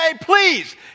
please